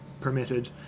permitted